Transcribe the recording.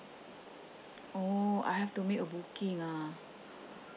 oh I have to make a booking ah